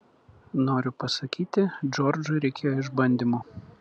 noriu pasakyti džordžui reikėjo išbandymų